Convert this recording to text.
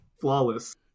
flawless